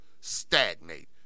Stagnate